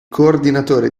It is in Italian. coordinatore